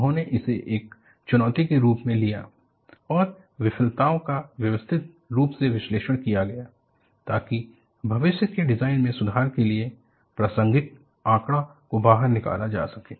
उन्होंने इसे एक चुनौती के रूप में लिया और विफलताओं का व्यवस्थित रूप से विश्लेषण किया गया ताकि भविष्य के डिजाइन में सुधार के लिए प्रासंगिक आंकड़ा को बाहर निकाला जा सके